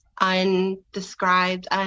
undescribed